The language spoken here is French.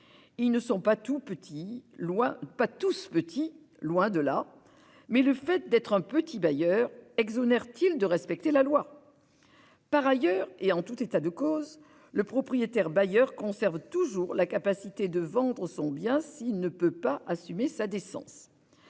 ils ne sont pas tous petits, loin de là -, mais suffirait-il d'être un petit bailleur pour être exonéré du respect de la loi ? Par ailleurs, en tout état de cause, le propriétaire bailleur conserve toujours la capacité de vendre son bien s'il ne peut en assumer la décence.